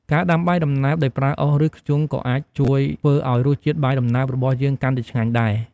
ការដាំបាយដំណើបដោយប្រើអុស ឬ ធ្យូងក៏អាចជួយធ្វើឱ្យរសជាតិបាយដំណើបរបស់យើងកាន់តែឆ្ងាញ់ដែរ។